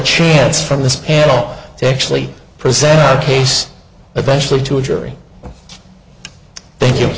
chance from this panel to actually present the case eventually to a jury thank you